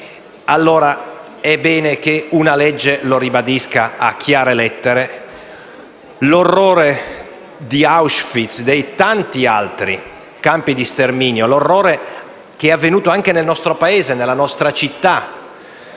bene, dunque, che una legge lo ribadisca a chiare lettere: l'orrore di Auschwitz e dei tanti altri campi di sterminio, l'orrore che è avvenuto anche nel nostro Paese, nella nostra città,